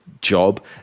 job